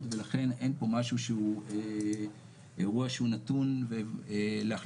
ולכן אין פה משהו אירוע שהוא נתון להחלטת